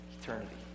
eternity